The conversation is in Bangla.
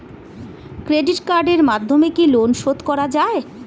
ক্রেডিট কার্ডের মাধ্যমে কি লোন শোধ করা যায়?